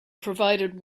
provided